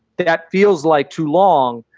that feels like too long.